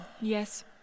Yes